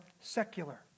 secular